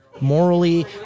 morally